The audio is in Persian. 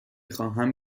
خواهم